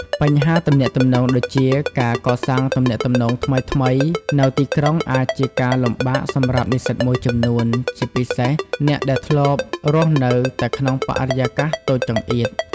បញ្ហាទំនាក់ទំនង ដូចជា ការកសាងទំនាក់ទំនងថ្មីៗនៅទីក្រុងអាចជាការលំបាកសម្រាប់និស្សិតមួយចំនួន ជាពិសេសអ្នកដែលធ្លាប់រស់នៅតែក្នុងបរិយាកាសតូចចង្អៀត។